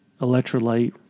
electrolyte